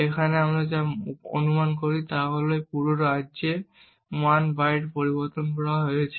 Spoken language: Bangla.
এখানে আমরা যা অনুমান করি যে এই পুরো রাজ্যে 1 বাইট পরিবর্তন করা হয়েছে